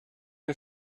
you